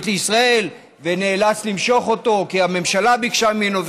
לישראל ונאלץ למשוך אותו כי הממשלה ביקשה ממנו,